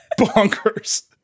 bonkers